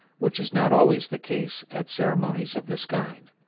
which is not always the case at ceremonies of this kind.